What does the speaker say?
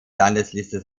landesliste